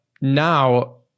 now